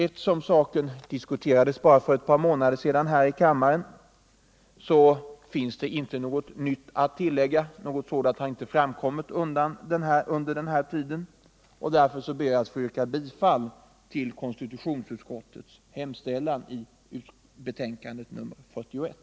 Eftersom saken diskuterats bara för ett par månader sedan här i kammaren finns det inte något nytt att tillägga — något sådant har inte framkommit under den här tiden. Därför ber jag att få yrka bifall till konstitutionsutskottets hemställan i betänkandet nr 41.